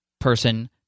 person